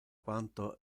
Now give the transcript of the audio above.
quanto